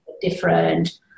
different